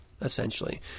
essentially